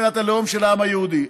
מדינת הלאום של העם היהודי,